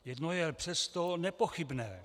Jedno je přesto nepochybné.